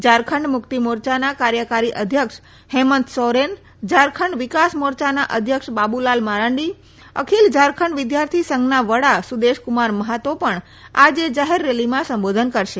ઝારખંડ મુકતી મોર યાના કાર્યકારી અધ્યક્ષ હેમંત સોરેન ઝારખંડ વિકાસ મોરચાના અધ્યક્ષ બાબુલાલ મારાંડી અખિલ ઝારખંડ વિદ્યાર્થી સંઘના વડા સુદેશકુમાર મહાતો પણ આજે જાહેર રેલીમાં સંબોધન કરશે